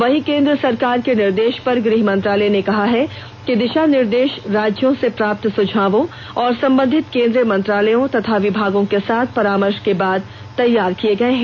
वहीं केंद्र सरकार के निर्देष पर गृह मंत्रालय ने कहा है कि दिशा निर्देश राज्यों से प्राप्त सुझावों और संबंधित केंद्रीय मंत्रालयों तथा विभागों के साथ परामर्श के बाद तैयार किए गए हैं